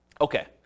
Okay